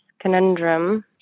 conundrum